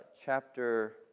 chapter